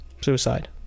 Suicide